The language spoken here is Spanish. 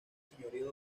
señorío